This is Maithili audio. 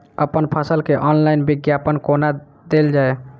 अप्पन फसल केँ ऑनलाइन विज्ञापन कोना देल जाए?